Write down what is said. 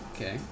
Okay